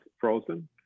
frozen